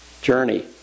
journey